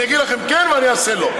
אני אגיד לכם "כן" ואני אעשה "לא".